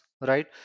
right